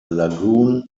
lagoon